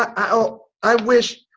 i, i wish,